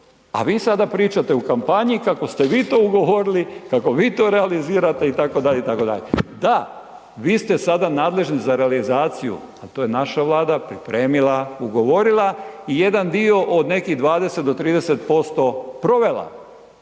a vi sada pričate u kampanji kako ste vi to ugovorili, kako vi to realizirate itd., itd. Da, vi ste sada nadležni za realizaciju a to je naša Vlada pripremila, ugovorila i jedan dio od nekih 20 do 30% provela.